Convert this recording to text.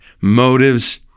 motives